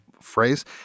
phrase